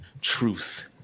truth